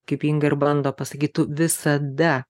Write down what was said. kaip inga ir bando pasakyt tu visada